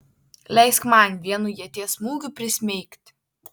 leisk man vienu ieties smūgiu prismeigti